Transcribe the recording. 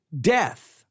death